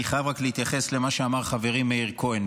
אני חייב רק להתייחס למה שאמר חברי מאיר כהן.